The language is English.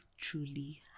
truly